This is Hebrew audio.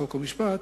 חוק ומשפט,